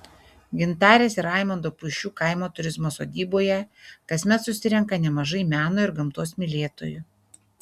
gintarės ir raimondo puišių kaimo turizmo sodyboje kasmet susirenka nemažai meno ir gamtos mylėtojų